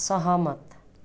सहमत